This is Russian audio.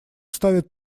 ставит